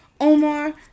Omar